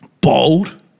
bold